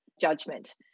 judgment